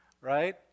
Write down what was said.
right